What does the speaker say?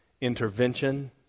intervention